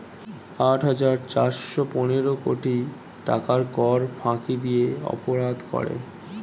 আট হাজার চারশ পনেরো কোটি টাকার কর ফাঁকি দিয়ে অপরাধ করে